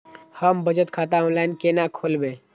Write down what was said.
हम बचत खाता ऑनलाइन केना खोलैब?